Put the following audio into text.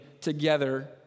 together